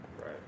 right